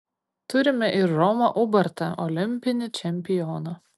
turime ir romą ubartą olimpinį čempioną